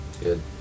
Good